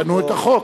תשנו את החוק.